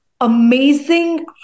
amazing